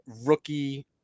Rookie